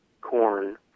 corn